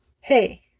Hey